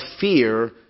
fear